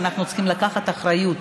אנחנו צריכים לקחת אחריות,